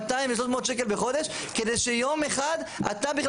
200 ו-300 שקלים בחודש כדי שיום אחד אתה בכלל